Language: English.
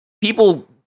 people